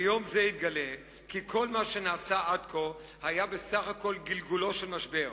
ביום זה יתגלה כי כל מה שנעשה עד כה היה בסך הכול גלגולו של משבר,